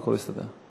והכול יסתדר.